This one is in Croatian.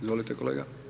Izvolite, kolega.